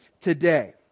today